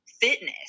fitness